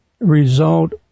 result